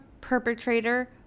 perpetrator